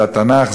זה התנ"ך,